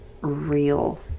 real